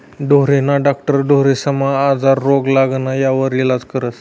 ढोरेस्ना डाक्टर ढोरेस्ना आजार, रोग, लागण यास्वर इलाज करस